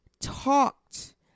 talked